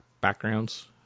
backgrounds